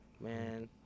Man